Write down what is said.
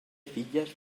filles